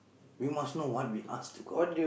we must know what we ask to god